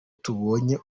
tubonye